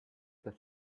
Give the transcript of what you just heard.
that